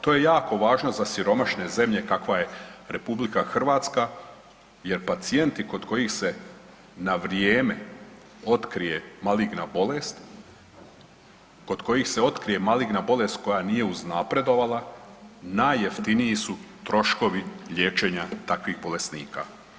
To je jako važno za siromašne zemlje kakva je RH jer pacijenti kod kojih se na vrijeme otkrije maligna bolest, kod kojih se otkrije maligna bolest koja nije uznapredovala najjeftiniji su troškovi liječenja takvih bolesnika.